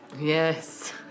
Yes